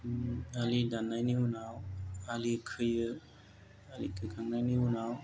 आलि दान्नायनि उनाव आलि खोयो आलि खोखांनायनि उनाव